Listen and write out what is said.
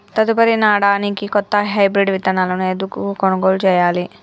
తదుపరి నాడనికి కొత్త హైబ్రిడ్ విత్తనాలను ఎందుకు కొనుగోలు చెయ్యాలి?